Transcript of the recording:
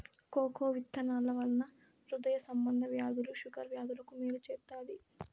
cocoa విత్తనాల వలన హృదయ సంబంధ వ్యాధులు షుగర్ వ్యాధులకు మేలు చేత్తాది